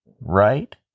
right